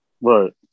Right